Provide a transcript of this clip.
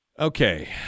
Okay